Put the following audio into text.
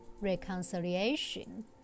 reconciliation